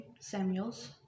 Samuels